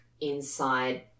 inside